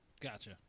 Gotcha